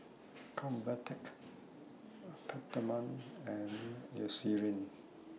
Convatec Peptamen and Eucerin